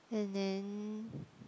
and then